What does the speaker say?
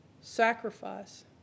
sacrifice